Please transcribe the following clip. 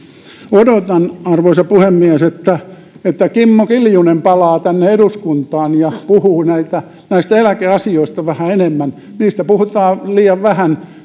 odotan arvoisa puhemies että että kimmo kiljunen palaa tänne eduskuntaan ja puhuu näistä eläkeasioista vähän enemmän niistä puhutaan liian vähän